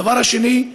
הדבר השני,